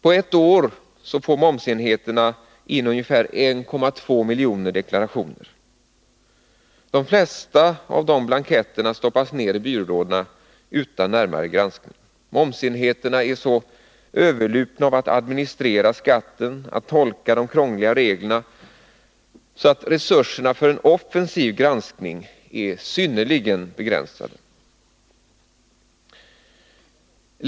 På ett år får momsenheterna in ungefär 1,2 miljoner deklarationer. De flesta blanketterna stoppas ner i byrålådorna utan närmare granskning. Momsenheterna är så överlupna av att administrera skatten och att tolka de krångliga reglerna, att resurserna för en offensiv granskning är synnerligen begränsade.